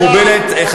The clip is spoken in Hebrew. מקובלת.